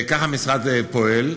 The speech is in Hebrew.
כך המשרד פועל.